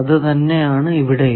അത് തന്നെ ആണ് ഇവിടെയും